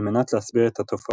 על מנת להסביר את התופעות